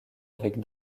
avec